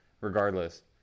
regardless